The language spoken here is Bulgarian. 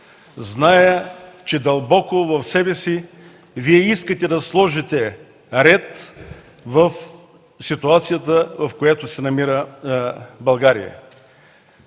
Зная, че дълбоко в себе си Вие искате да сложите ред в ситуацията, в която се намира България.